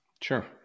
Sure